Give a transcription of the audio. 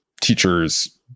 teachers